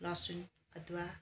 लसुन अदुवा